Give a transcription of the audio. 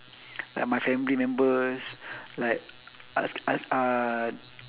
like my family members like uh